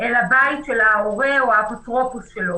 אל הבית של ההורה או האפוטרופוס שלו.